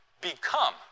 become